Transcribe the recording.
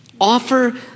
Offer